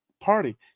Party